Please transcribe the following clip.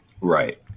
Right